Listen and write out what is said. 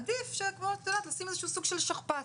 עדיף לשים איזה שהוא סוג של שכפ"ץ.